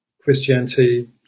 Christianity